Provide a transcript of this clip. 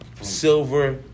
silver